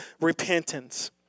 repentance